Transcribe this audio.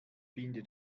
finde